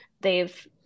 they've-